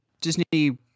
Disney